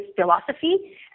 philosophy